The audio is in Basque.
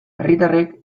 herritarrek